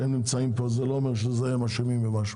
זה שהם נמצאים פה זה לא אומר שהם אשמים במשהו,